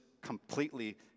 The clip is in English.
completely